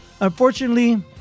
unfortunately